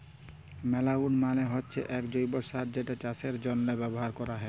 ম্যালইউর মালে হচ্যে এক জৈব্য সার যেটা চাষের জন্হে ব্যবহার ক্যরা হ্যয়